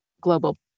global